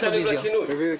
רוויזיה.